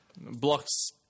Blocks